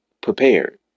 prepared